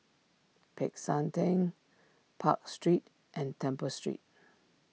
Peck San theng Park Street and Temple Street